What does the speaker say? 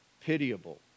pitiable